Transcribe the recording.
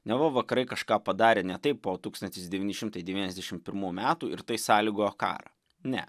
neva vakarai kažką padarė ne taip po tūkstantis devyni šimtai devyniasdešim pirmų metų ir tai sąlygojo karą ne